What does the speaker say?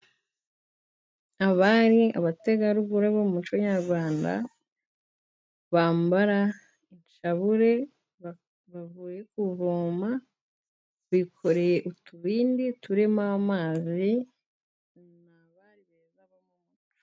Abari, abategarugori b'umuco nyarwanda, bambaye inshabure, bavuye kuvoma bikoreye utubindi turimo amazi, n'abari beza b'umuco.